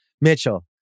Mitchell